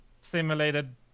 simulated